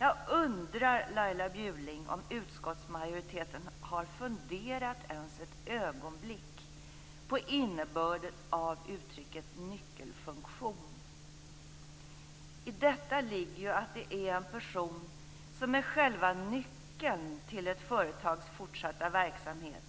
Jag undrar - Laila Bjurling - om utskottsmajoriteten har funderat ens ett ögonblick på innebörden av uttrycket nyckelfunktion? I detta ligger ju att det är en person som är själva nyckeln till ett företags fortsatta verksamhet